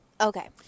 Okay